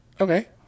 Okay